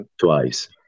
twice